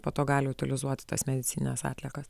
po to gali utilizuoti tas medicinines atliekas